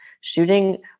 Shooting